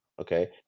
okay